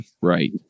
right